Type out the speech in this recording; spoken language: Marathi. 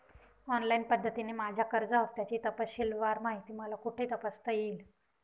ऑनलाईन पद्धतीने माझ्या कर्ज हफ्त्याची तपशीलवार माहिती मला कुठे तपासता येईल?